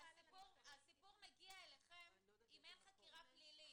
הסיפור מגיע אליכם אם אין חקירה פלילית.